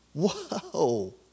Whoa